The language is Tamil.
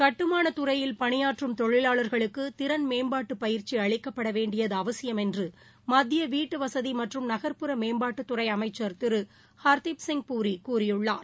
கட்டுமான துறையில் பணியாற்றும் தொழிலாளா்களுக்கு திறன் மேம்பாட்டு பயிற்சி அளிக்கப்பட வேண்டியது அவசியம் என்று மத்திய வீட்டு வசதி மற்றும் நகர்ப்புற மேம்பாட்டு துறை அமைச்சர் திரு ஹர்தீப் சிங் புரி கூறியுள்ளார்